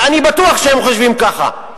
ואני בטוח שהם חושבים ככה,